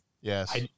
Yes